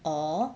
or